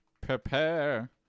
Prepare